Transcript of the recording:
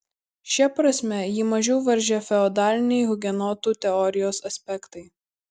šia prasme jį mažiau varžė feodaliniai hugenotų teorijos aspektai